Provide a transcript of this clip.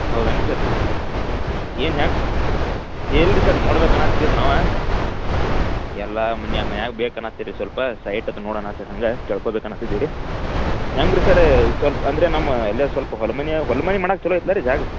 ಹೌದೇನ್ರಿ ಸರ್ರ ಏನು ಹೆಂಗ್ ಇಲ್ಲ ರೀ ಸರ್ ನೋಡ್ಬೇಕು ಅನ್ನಾತ್ತಿದ್ದೀವಿ ನಾವು ಎಲ್ಲ ಮನ್ಯ ಮನ್ಯಾಗೆ ಬೇಕನ್ನುತ್ತೀರಿ ಸ್ವಲ್ಪ ಸೈಟ್ ಅದು ನೋಡೋಣ ಅಂತಿದ್ರ್ ಹಂಗಾಗಿ ತಿಳ್ಕೋಬೇಕು ಅನ್ನುತ್ತಿದ್ದೀರಿ ಹೆಂಗ್ ರೀ ಸರ್ರ ಇದು ಸ್ವಲ್ಪ ಅಂದರೆ ನಮ್ಮ ಇಲ್ಲೇ ಸ್ವಲ್ಪ ಹೊಲ್ಮನೆಯಾಗ್ ಹೊಲ್ಮನೆ ಮಾಡಕ್ಕೆ ಚೊಲೋ ಐತಲ್ಲ ರೀ ಜಾಗ